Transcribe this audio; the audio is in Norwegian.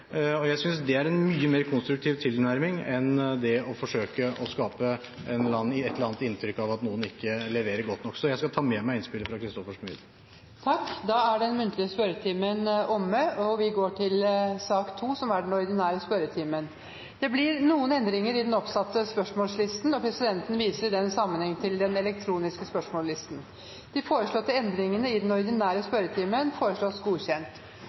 Jeg synes det er en mye mer konstruktiv tilnærming enn det å forsøke å skape et eller annet inntrykk av at noen ikke leverer godt nok. Så jeg skal ta med meg innspillet fra Christoffersen videre. Da er tiden for den muntlige spørretimen omme. Det blir noen endringer i den oppsatte spørsmålslisten. Presidenten viser i den sammenheng til den elektroniske spørsmålslisten som er gjort tilgjengelig for representantene. De foreslåtte endringene i dagens spørretime foreslås godkjent.